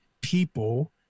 people